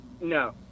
no